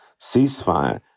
ceasefire